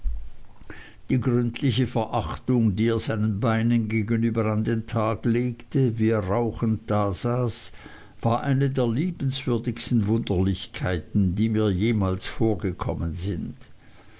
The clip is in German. die gründliche verachtung die er seinen beinen gegenüber an den tag legte wie er rauchend dasaß war eine der liebenswürdigsten wunderlichkeiten die mir jemals vorgekommen sind